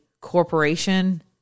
corporation